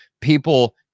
People